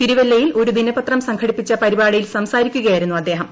തിരുവല്ലയിൽ ഒരു ദിനപത്രം സംഘടിപ്പിച്ച പരിപാടിയിൽ സംസാരിക്കുകയായിരുന്നു അദ്ദേഹം